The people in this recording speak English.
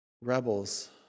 rebels